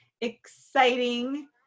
exciting